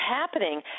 happening